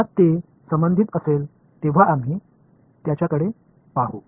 जेव्हा ते संबंधित असेल तेव्हा आम्ही त्याकडे पाहू